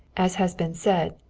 as has been said,